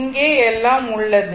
இங்கே எல்லாம் உள்ளது